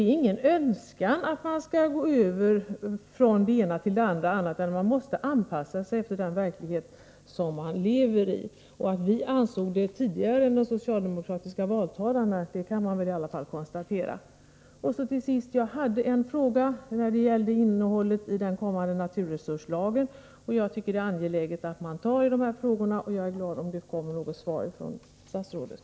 Vi har ingen speciell önskan om att man skall gå över från det ena till det andra, utan man måste anpassa sig till den verklighet man lever i. Och det kan väl konstateras att vi insåg det tidigare än de socialdemokratiska valtalarna. Till sist: Jag hade en fråga när det gällde innehållet i den kommande naturresurslagen. Jag tycker att det är angeläget att man tar upp de här frågorna, och jag är glad om jag kan få ett svar från statsrådet.